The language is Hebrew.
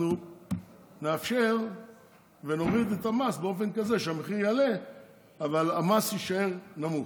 אנחנו נאפשר ונוריד את המס באופן כזה שהמחיר יעלה אבל המס יישאר נמוך,